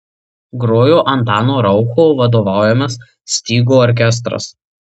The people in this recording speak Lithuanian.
grojo antano raucho vadovaujamas stygų orkestras